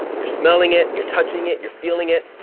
you're smelling it, you're touching it, you're feeling it,